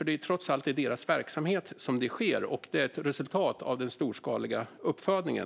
Det är trots allt i deras verksamhet som det sker, och det är ett resultat av den storskaliga uppfödningen.